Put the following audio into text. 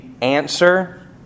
answer